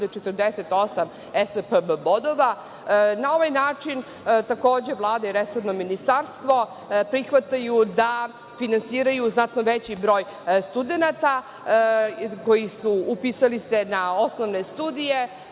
48 ESPB bodova. Na ovaj način takođe Vlada i resorno ministarstvo prihvataju da finansiraju znatno veći broj studenata koji su upisali se na osnovne studije.